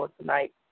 tonight